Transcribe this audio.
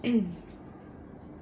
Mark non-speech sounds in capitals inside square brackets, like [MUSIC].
[NOISE]